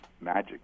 magic